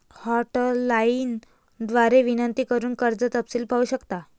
hotline द्वारे विनंती करून कर्ज तपशील पाहू शकता